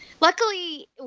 luckily